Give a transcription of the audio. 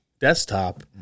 desktop –